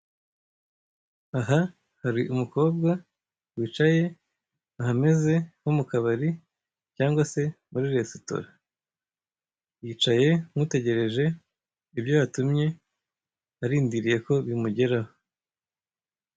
Aha hari umukobwa wicaye ahameze nko mu kabari cyangwa se muri resitora. Yicaye nk'utegereje ibyo yatumye, arindiriye ko bimugeraho.